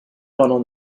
vanno